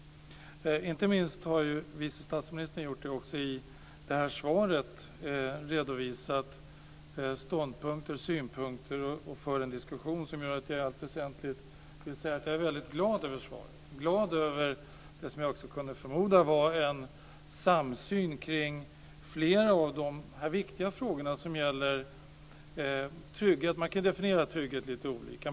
Inte minst har vice statsministern i det här svaret redovisat ståndpunkter och synpunkter. Hon för också en diskussion som till allt väsentligt gör mig glad. Jag är väldigt glad över svaret. Jag är också glad över samsynen kring flera av de frågor som gäller trygghet. Man kan definiera trygghet lite olika.